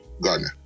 Gardner